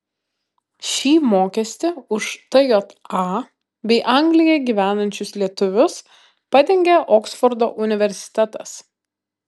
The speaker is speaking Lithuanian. šį mokestį už tja bei anglijoje gyvenančius lietuvius padengė oksfordo universitetas